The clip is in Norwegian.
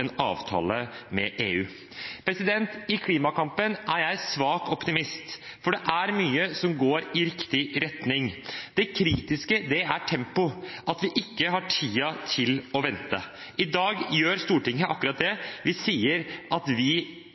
en avtale med EU. I klimakampen er jeg svak optimist, for det er mye som går i riktig retning. Det kritiske er tempoet, at vi ikke har tid til å vente. I dag gjør Stortinget akkurat det – vi sier at vi